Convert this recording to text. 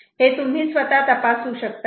हे तुम्ही स्वतः तपासू शकतात